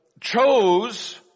chose